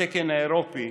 בתקן האירופי